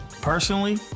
Personally